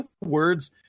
words